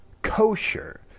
kosher